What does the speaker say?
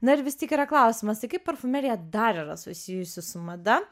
na ir vis tik yra klausimas tai kaip parfumerija dar yra susijusi su mada